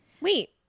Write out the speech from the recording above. Wait